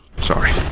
Sorry